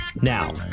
Now